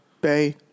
Bay